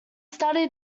studied